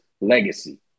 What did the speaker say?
legacy